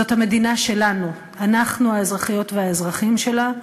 זאת המדינה שלנו, אנחנו האזרחיות והאזרחים שלה,